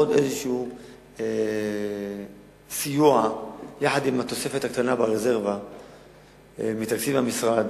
עוד איזה סיוע יחד עם התוספת הקטנה ברזרבה מתקציב המשרד.